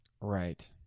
Right